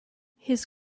his